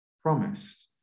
Promised